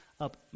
up